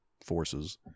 forces